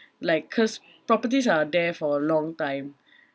like cause properties are there for a long time